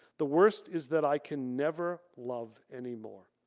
the worst is that i can never love anymore.